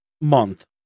month